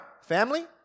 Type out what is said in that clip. family